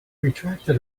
retracted